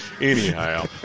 anyhow